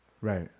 Right